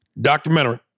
documentary